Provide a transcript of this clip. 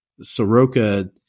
Soroka